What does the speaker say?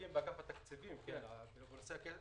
אבל הם מקבלים כמו כולם,